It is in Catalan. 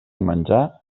menjar